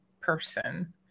person